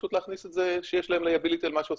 פשוט להכניס את זה שיש להם liability על מה שעושים.